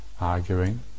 arguing